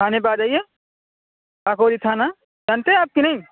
تھانے پہ آ جائیے کاکوری تھانہ جانتے ہیں آپ کہ نہیں